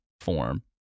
form